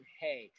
hey